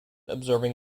observing